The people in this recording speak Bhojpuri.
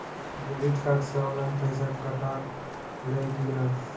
डेबिट कार्ड से ऑनलाइन पैसा कटा ले कि ना?